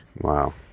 Wow